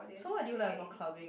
so what do you like about clubbing